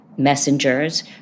messengers